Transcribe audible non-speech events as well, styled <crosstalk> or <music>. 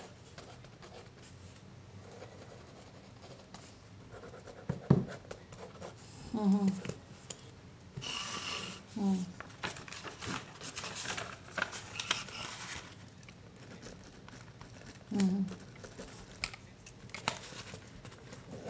<breath> mmhmm mm mmhmm